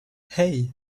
hey